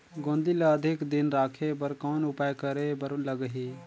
गोंदली ल अधिक दिन राखे बर कौन उपाय करे बर लगही?